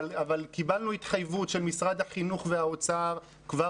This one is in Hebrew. אבל קיבלנו התחייבות של משרד החינוך והאוצר כבר